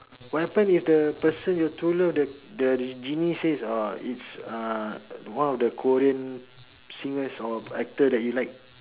what happen if the person your true love the the ge~ genie says oh it's uh one of the Korean singers or actor that you like